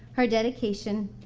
her dedication,